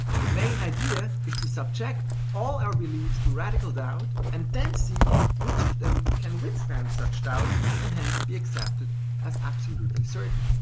the main idea is to subject all our beliefs to radical doubt, and see which of them can withstand such doubt and hence be accepted as absolutely certain.